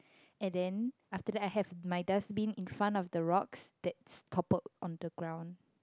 and then after that I have my dustbin in front of the rocks that's toppled on the ground